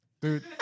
dude